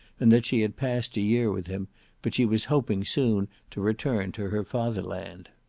and that she had passed a year with him but she was hoping soon to return to her father land.